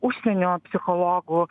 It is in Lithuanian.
užsienio psichologų